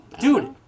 Dude